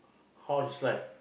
how is life